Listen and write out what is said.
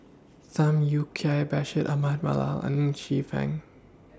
Tham Yui Kai Bashir Ahmad Mallal and Ng Chee fan